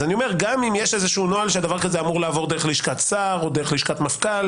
אז גם אם יש נוהל שדבר כזה אמור לעבור דרך לשכת שר או דרך לשכת מפכ"ל